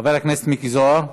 חבר הכנסת מיקי זוהר.